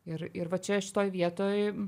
ir ir va čia šitoj vietoj